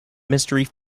mystery